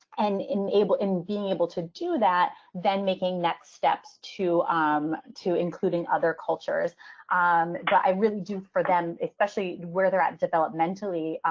and enable in being able to do that, then making next steps to um to including other cultures um that i really do for them, especially where they're at developmentally.